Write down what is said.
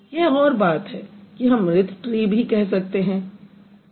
यह और बात है कि हम मृत ट्री भी कह सकते हैं